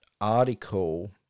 article